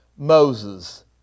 Moses